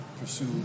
pursue